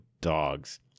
Dogs